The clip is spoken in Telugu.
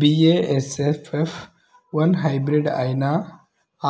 బీ.ఏ.ఎస్.ఎఫ్ ఎఫ్ వన్ హైబ్రిడ్ అయినా